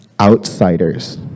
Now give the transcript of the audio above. outsiders